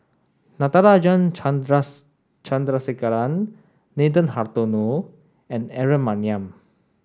Natarajan Chandrasekaran Nathan Hartono and Aaron Maniam